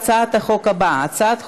בעד, 48 חברי כנסת, 39 מתנגדים, אין נמנעים.